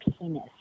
penis